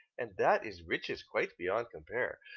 and that is riches quite beyond compare.